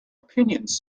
opinions